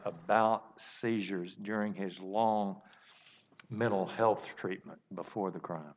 about seizures during his long mental health treatment before the crime